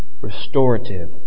restorative